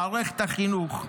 מערכת החינוך.